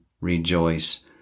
rejoice